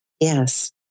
yes